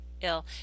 ill